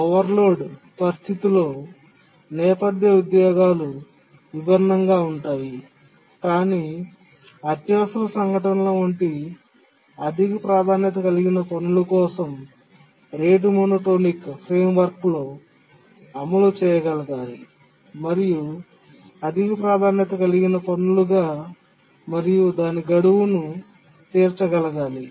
overload పరిస్థితిలో నేపథ్య ఉద్యోగాలు విభిన్నంగా ఉంటాయి కాని అత్యవసర సంఘటనల వంటి అధిక ప్రాధాన్యత కలిగిన పనుల కోసం రేటు మోనోటోనిక్ ఫ్రేమ్వర్క్లో అమలు చేయగలగాలి మరియు అధిక ప్రాధాన్యత కలిగిన పనులుగా మరియు దాని గడువును తీర్చగలగాలి